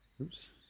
Oops